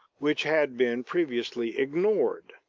which had been previously ignored.